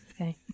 Okay